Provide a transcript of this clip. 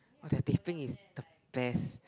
!wah! their teh peng is the best